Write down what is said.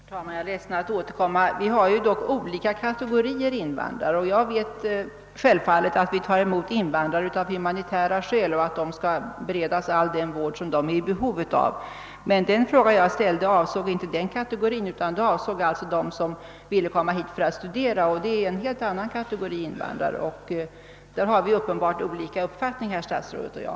Herr talman! Jag är ledsen över att behöva återkomma. Det finns dock olika kategorier av invandrare. Jag vet självfallet att vi tar emot invandrare av humanitära skäl, och jag menar också att de skall beredas all den vård som de är i behov av. Den fråga jag ställde avsåg emellertid inte den kategorin, utan personer som vill komma hit för att studera. Det är en helt annan kategori invandrare, och vad den beträffar har herr statsrådet och jag uppenbarligen olika uppfattning.